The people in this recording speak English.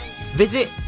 Visit